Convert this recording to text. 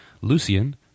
lucian